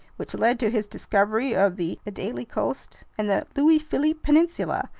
which led to his discovery of the adelie coast and the louis-philippe peninsula,